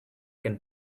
can